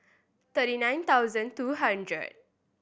thirty nine thousand two hundred